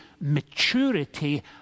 maturity